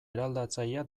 eraldatzailea